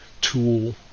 tool